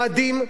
קאדים,